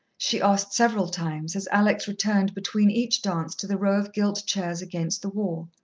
she asked several times, as alex returned between each dance to the row of gilt chairs against the wall.